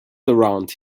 around